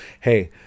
Hey